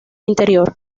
interior